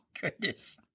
goodness